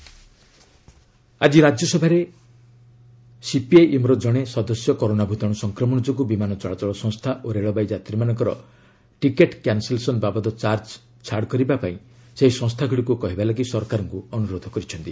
RS corona ଆକି ରାଜ୍ୟସଭାରେ କରି ସିପିଆଇଏମ୍ ର ଜଣେ ସଦସ୍ୟ କରୋନା ଭୂତାଣୁ ସଂକ୍ରମଣ ଯୋଗୁଁ ବିମାନ ଚଳାଚଳ ସଂସ୍ଥା ଓ ରେଳବାଇ ଯାତ୍ରୀମାନଙ୍କର ଟିକଟ କ୍ୟାନ୍ସଲସନ ବାବଦ ଚାର୍ଚ୍ଚ ଛାଡ କରିବାକୁ ସେହି ସଂସ୍ଥାଗୁଡ଼ିକୁ କହିବା ପାଇଁ ସରକାରଙ୍କୁ ଅନୁରୋଧ କରିଛନ୍ତି